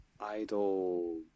Idol